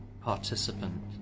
participant